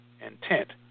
intent